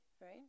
right